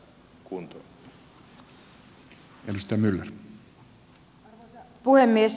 arvoisa puhemies